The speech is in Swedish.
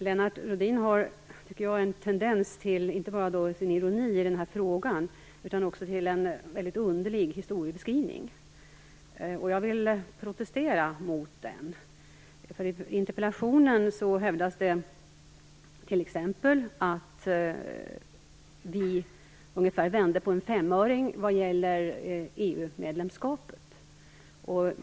Lennart Rohdin har inte bara en tendens till ironi i frågan. Han har också en mycket underlig historieskrivning. Jag vill protestera mot den. I interpellationen hävdas det t.ex. att vi vände på en femöring vad gäller EU-medlemskapet.